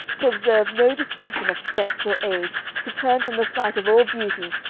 to observe no distinction of sex or age, to turn from the sight of all beauty,